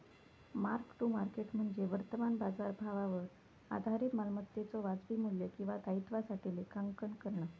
mark to market म्हणजे वर्तमान बाजारभावावर आधारित मालमत्तेच्यो वाजवी मू्ल्य किंवा दायित्वासाठी लेखांकन करणा